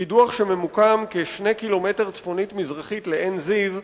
קידוח שממוקם כ-2 קילומטר צפונית-מזרחית לעין-זיו,